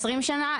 20 שנה,